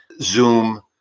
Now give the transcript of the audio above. Zoom